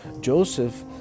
Joseph